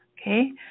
Okay